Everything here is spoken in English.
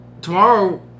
tomorrow